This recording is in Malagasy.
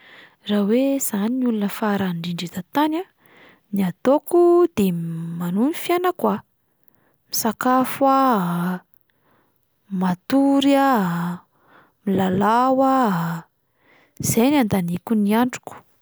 Raha hoe izaho no olona farany indrindra eto an-tany a, ny ataoko de manohy ny fiainako aho, misakafo aho, matory aho, milalao aho, izay no andaniako ny androko.